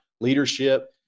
leadership